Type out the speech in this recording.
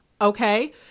okay